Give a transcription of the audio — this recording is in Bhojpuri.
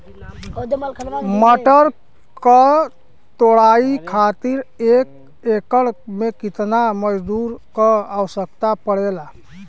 मटर क तोड़ाई खातीर एक एकड़ में कितना मजदूर क आवश्यकता पड़ेला?